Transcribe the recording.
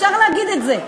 אפשר להגיד את זה.